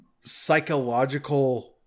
psychological